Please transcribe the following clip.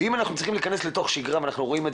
אם אנחנו צריכים להיכנס לתוך שיגרה ורואים את